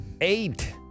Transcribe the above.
Eight